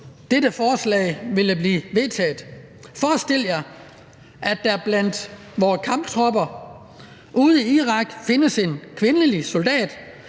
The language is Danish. dette forslag bliver vedtaget: Forestil jer, at der blandt vore kamptropper ude i Irak findes en kvindelig soldat,